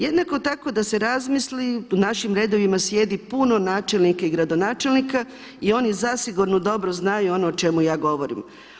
Jednako tkao da se razmisli u našim redovima sjedi puno načelnika i gradonačelnika i oni zasigurno dobro znaju ono o čemu ja govorim.